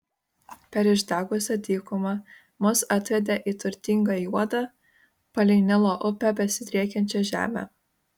per išdegusią dykumą mus atvedė į turtingą juodą palei nilo upę besidriekiančią žemę